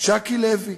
ז'קי לוי,